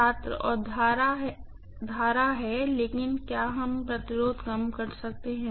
छात्र और करंट है लेकिन क्या हम कम प्रतिरोध कर सकते हैं